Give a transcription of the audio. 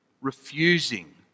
refusing